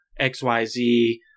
XYZ